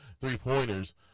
three-pointers